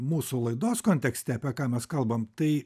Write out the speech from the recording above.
mūsų laidos kontekste apie ką mes kalbam tai